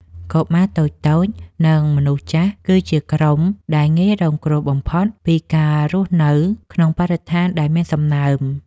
កុមារតូចៗ និងមនុស្សចាស់គឺជាក្រុមដែលងាយរងគ្រោះបំផុតពីការរស់នៅក្នុងបរិស្ថានដែលមានសំណើម។